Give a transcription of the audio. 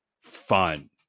fun